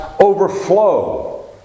overflow